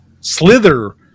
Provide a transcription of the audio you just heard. slither